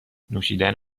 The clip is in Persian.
نوشیدن